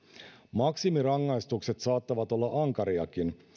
maksimirangaistukset saattavat olla ankariakin